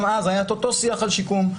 גם אז היה את אותו שיח על אותו שיקום.